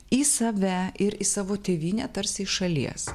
į save ir į savo tėvynę tarsi iš šalies